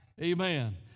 Amen